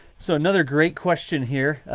so another great question here.